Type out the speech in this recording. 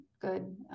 good